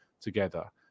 Together